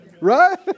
right